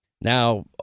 Now